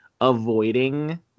avoiding